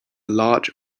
large